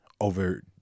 over